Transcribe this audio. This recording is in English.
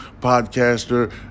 podcaster